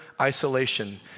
isolation